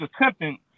attempting